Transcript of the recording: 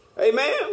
Amen